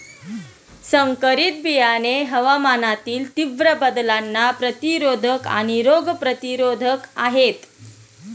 संकरित बियाणे हवामानातील तीव्र बदलांना प्रतिरोधक आणि रोग प्रतिरोधक आहेत